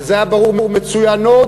וזה היה ברור: מצוינות,